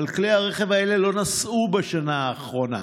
אבל כלי הרכב האלה לא נסעו בשנה האחרונה.